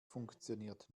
funktioniert